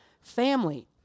family